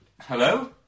Hello